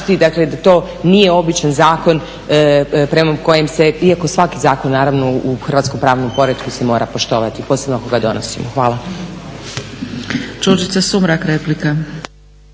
da to nije običan zakon prema kojem se, iako svaki zakon naravno u hrvatskom pravnom poretku se mora poštovati posebno ako ga donosimo. Hvala.